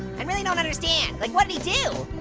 um really don't understand. like what'd he do?